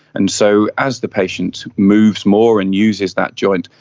and so as the patient moves more and uses that joint,